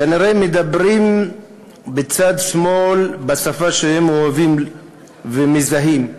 כנראה מדברים בצד שמאל בשפה שהם אוהבים ומזהים.